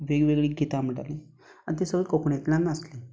वेगवेगळीं गितां म्हणटालीं आनी तीं सगलीं कोंकणींतल्यान आसतालीं